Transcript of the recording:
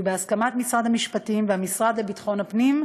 יהיו בהסכמת משרד המשפטים והמשרד לביטחון הפנים,